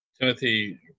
Timothy